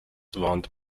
warnt